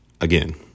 Again